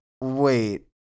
wait